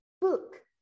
book